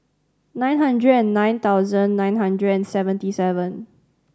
nine hundred and nine thousand nine hundred and seventy seven